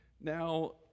Now